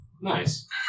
Nice